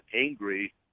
angry